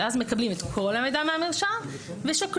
אז מקבלים את כל המידע מהמרשם ושוקלים.